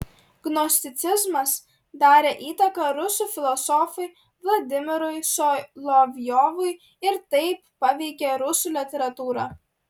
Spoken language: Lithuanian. gnosticizmas darė įtaką rusų filosofui vladimirui solovjovui ir taip paveikė rusų literatūrą